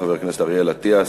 חבר הכנסת אריאל אטיאס.